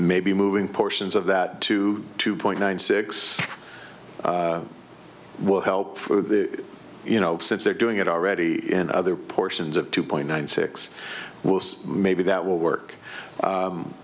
maybe moving portions of that to two point nine six will help for the you know since they're doing it already in other portions of two point nine six maybe that will